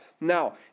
Now